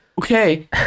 Okay